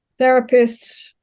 therapists